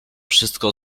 wszystko